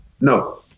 No